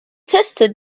tested